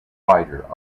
wider